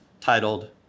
titled